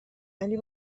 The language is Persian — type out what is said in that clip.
ولی